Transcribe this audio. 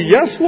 Yes